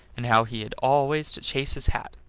and how he had always to chase his hat.